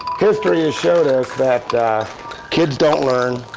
history has showed us that kids don't learn.